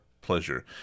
pleasure